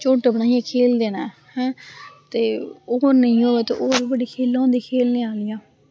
झुंड बनाइयै खेलदे न ऐं ते होर नेईं होऐ ते होर बी बड़ी खेलां होंदियां खेलने आह्लियां